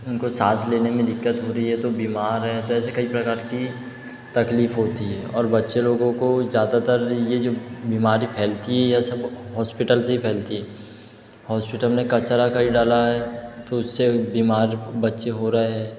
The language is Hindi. उनको सांस लेने में दिक्कत हो रही है तो बीमार है तो ऐसे कई प्रकार कि तकलीफ होती है और बच्चे लोगों को ज़्यादातर ये जो बीमारी फैलती यह सब हौस्पिटल से ही फैलती हौस्पिटल में कचरा कहीं डाला है तो उससे बीमार बच्चे हो रहे हैं